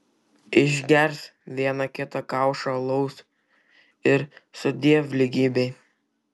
išgers vieną kita kaušą alaus ir sudiev lygybei